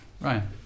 Ryan